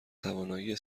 توانایی